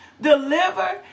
deliver